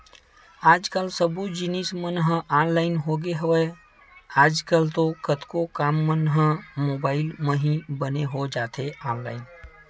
आज कल सब्बो जिनिस मन ह ऑनलाइन होगे हवय, आज कल तो कतको काम मन ह मुबाइल म ही बने हो जाथे ऑनलाइन